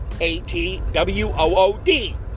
A-T-W-O-O-D